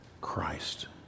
Christ